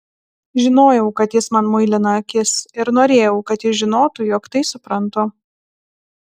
žinojau kad jis man muilina akis ir norėjau kad jis žinotų jog tai suprantu